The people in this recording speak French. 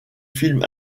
film